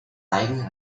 eigener